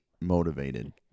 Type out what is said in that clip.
motivated